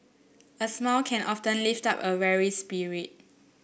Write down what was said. a smile can often lift up a weary spirit